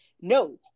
No